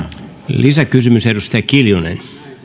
lisäkysymys edustaja kiljunen